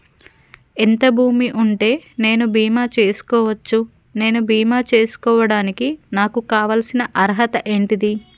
ఎంత భూమి ఉంటే నేను బీమా చేసుకోవచ్చు? నేను బీమా చేసుకోవడానికి నాకు కావాల్సిన అర్హత ఏంటిది?